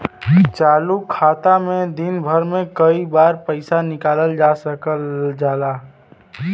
चालू खाता में दिन भर में कई बार पइसा निकालल जा सकल जाला